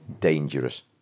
dangerous